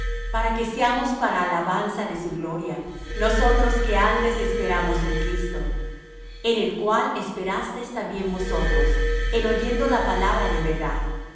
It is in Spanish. para que seamos para alabanza de su gloria nosotros que antes esperamos en cristo en el cual esperasteis también vosotros en oyendo la palabra de verdad